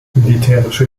militärische